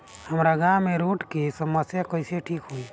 हमारा गाँव मे रोड के समस्या कइसे ठीक होई?